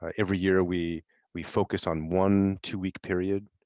ah every year we we focus on one two-week period